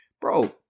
bro